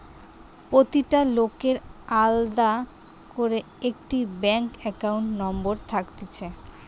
প্রতিটা লোকের আলদা করে একটা ব্যাঙ্ক একাউন্ট নম্বর থাকতিছে